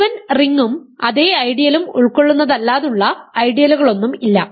മുഴുവൻ റിംഗും അതേ ഐഡിയലും ഉൾക്കൊള്ളുന്നതല്ലാതുള്ള ഐഡിയലുകളൊന്നും ഇല്ല